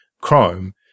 Chrome